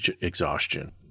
exhaustion